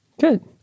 Good